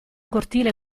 cortile